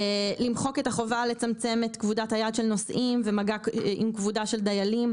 למחוק את החובה לצמצם את קבוצת היעד של נוסעים ומגע עם כבודה של דיילים,